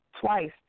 twice